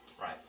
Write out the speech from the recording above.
Right